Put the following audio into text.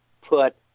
put